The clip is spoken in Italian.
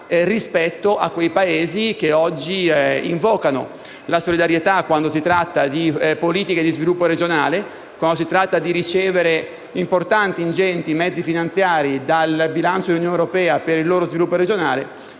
di quei Paesi che oggi invocano la solidarietà quando si tratta di politiche di sviluppo regionale e di ricevere ingenti mezzi finanziari dal bilancio dell'Unione europea per il loro sviluppo regionale,